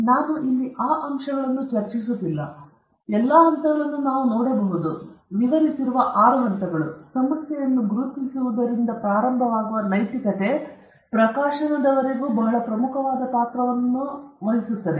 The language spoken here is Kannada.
ನಾನು ಇಲ್ಲಿ ಆ ಅಂಶಗಳನ್ನು ಚರ್ಚಿಸುತ್ತಿಲ್ಲ ಆದರೆ ಎಲ್ಲಾ ಹಂತಗಳನ್ನು ನಾವು ಇಲ್ಲಿ ನೋಡಬಹುದು ಇಲ್ಲಿ ವಿವರಿಸಿರುವ ಆರು ಹಂತಗಳು ಸಮಸ್ಯೆಯನ್ನು ಗುರುತಿಸುವುದರಿಂದ ಪ್ರಾರಂಭವಾಗುವ ನೈತಿಕತೆ ಪ್ರಕಾಶನವಾಗುವವರೆಗೂ ಬಹಳ ಮುಖ್ಯವಾದ ಪಾತ್ರವನ್ನು ನಾವು ನೋಡುತ್ತೇವೆ